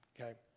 okay